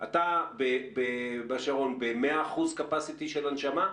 אתה בבית חולים השרון במאה אחוז תפוסה של הנשמה?